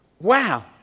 Wow